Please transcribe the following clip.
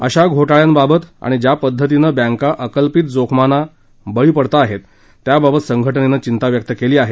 अशा घोटाळ्यांबाबत आणि ज्या पद्धतीनं बैंका अकल्पित जोखमांना बळी पडताहेत त्याबाबत संघटनेनं चिंता व्यक्त केली आहे